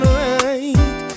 right